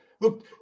Look